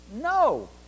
no